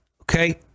okay